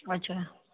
अच्छा